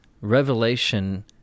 Revelation